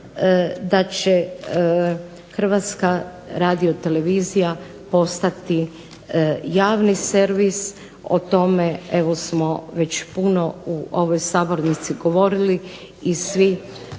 da će Hrvatska radiotelevizija postati javni servis, o tome smo puno već u ovoj Sabornici govorili i svi